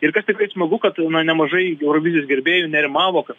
ir kas tikrai smagu kad na nemažai eurovizijos gerbėjų nerimavo kad